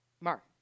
Mark